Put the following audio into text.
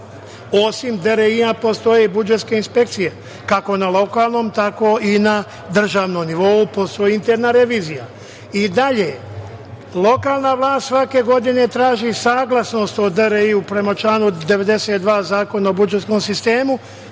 DRI, postoje budžetske inspekcije, kako na lokalnom tako i na državnom nivou postoji interna revizija. Dalje, lokalna vlast svake godine traži saglasnost od DRI prema članu 92. Zakona o budžetskom sistemu,